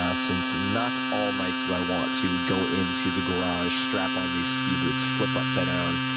ah since not all nights do i want to go into the garage, strap on these ski boots, flip upside down,